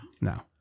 no